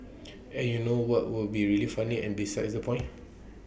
and you know what would be really funny and besides the point